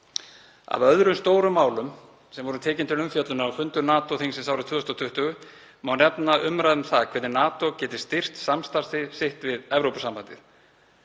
Af öðrum stórum málum sem tekin voru til umfjöllunar á fundum NATO-þingsins árið 2020 má nefna umræður um það hvernig NATO geti styrkt samstarf sitt við Evrópusambandið,